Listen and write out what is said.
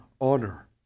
honor